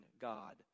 God